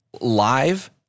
Live